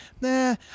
nah